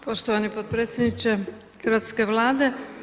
Poštovani potpredsjedniče hrvatske Vlade.